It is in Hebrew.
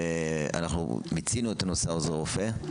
אנחנו מיצינו את הנושא עוזר רופא.